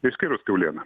išskyrus kiaulieną